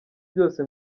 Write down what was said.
byose